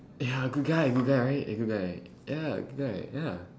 ya good guy good guy right a good guy ya good guy ya